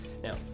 Now